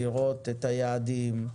לראות את היעדים,